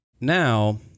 Now